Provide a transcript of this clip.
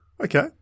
Okay